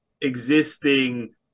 existing